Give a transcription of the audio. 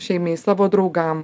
šeimai savo draugam